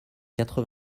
quatre